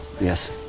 yes